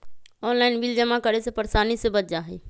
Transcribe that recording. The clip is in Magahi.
ऑनलाइन बिल जमा करे से परेशानी से बच जाहई?